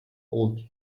old